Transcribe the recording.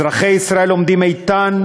אזרחי ישראל עומדים איתן,